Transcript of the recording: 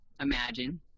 imagine